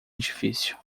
edifício